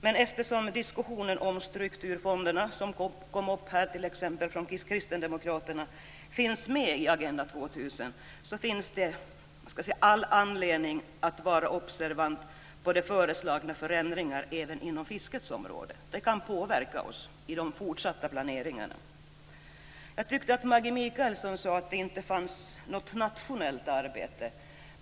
Men eftersom diskussionen om strukturfonderna, som t.ex. kristdemokraterna tog upp här, finns med i Agenda 2000 finns det all anledning att vara observant på föreslagna förändringar även på fiskets område. Det kan påverka oss i de fortsatta planeringarna. Jag tyckte att Maggi Mikaelsson sade att det inte fanns något nationellt arbete.